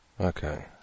Okay